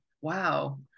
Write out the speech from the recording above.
wow